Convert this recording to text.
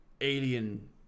Alien